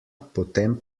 potem